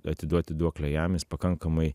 atiduoti duoklę jam jis pakankamai